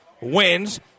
wins